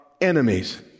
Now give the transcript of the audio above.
enemies